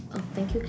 oh thank you